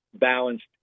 balanced